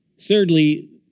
thirdly